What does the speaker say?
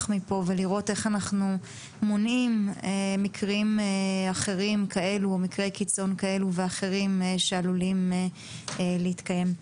מפה ואיך אנחנו מונעים מקרי קיצון כאלה ואחרים שעלולים להתקיים.